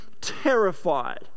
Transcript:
terrified